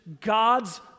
God's